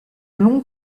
longues